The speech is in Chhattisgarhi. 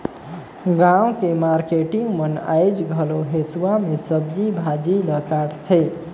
गाँव के मारकेटिंग मन आयज घलो हेसुवा में सब्जी भाजी ल काटथे